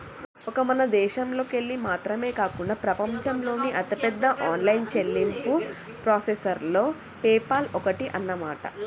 ఒక్క మన దేశంలోకెళ్ళి మాత్రమే కాకుండా ప్రపంచంలోని అతిపెద్ద ఆన్లైన్ చెల్లింపు ప్రాసెసర్లలో పేపాల్ ఒక్కటి అన్నమాట